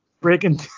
Breaking